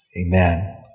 Amen